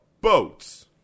boats